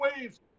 waves